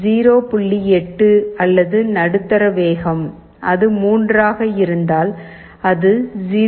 8 அல்லது நடுத்தர வேகம் அது 3 ஆக இருந்தால் அது 0